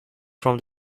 from